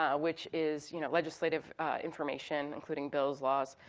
ah which is you know legislative information, including bills, laws.